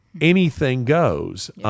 anything-goes